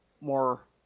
more